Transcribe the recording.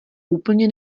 úplně